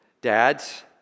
dads